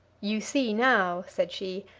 you see now, said she,